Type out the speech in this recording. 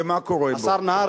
השר נהרי.